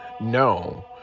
No